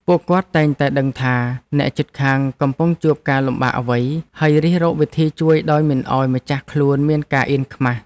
ពួកគាត់តែងតែដឹងថា អ្នកជិតខាងកំពុងជួបការលំបាកអ្វី ហើយរិះរកវិធីជួយដោយមិនឱ្យម្ចាស់ខ្លួនមានការអៀនខ្មាស។